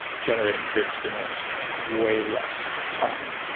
generating greater stimulus and way less time.